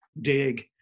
dig